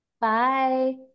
Bye